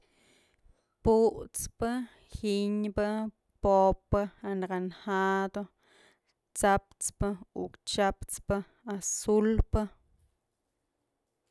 Put's pë, giñbë, pop'pë, anaranjado, tsa'ap pë, ukchyaps pë, azulpë.